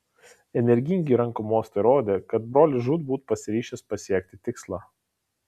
energingi rankų mostai rodė kad brolis žūtbūt pasiryžęs pasiekti tikslą